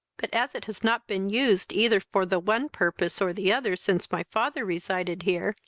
but, as it has not been used, either for the one purpose or the other, since my father resided here,